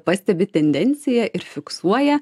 pastebi tendenciją ir fiksuoja